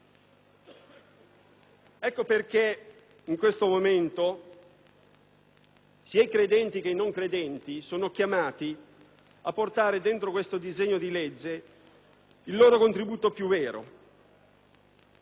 Ecco perché in questo momento sia i credenti che i non credenti sono chiamati a portare dentro questo disegno di legge il loro contributo più vero.